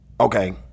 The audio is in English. Okay